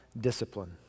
discipline